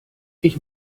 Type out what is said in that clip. ich